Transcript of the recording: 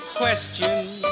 questions